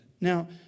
Now